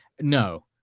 No